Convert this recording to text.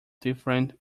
different